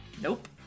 Nope